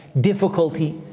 difficulty